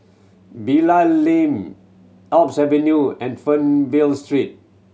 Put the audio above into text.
Bilal Lane Alps Avenue and Fernvale Street